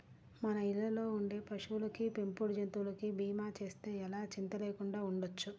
మన ఇళ్ళల్లో ఉండే పశువులకి, పెంపుడు జంతువులకి భీమా చేస్తే ఎలా చింతా లేకుండా ఉండొచ్చు